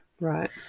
Right